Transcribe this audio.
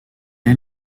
est